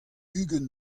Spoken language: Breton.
ugent